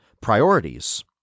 priorities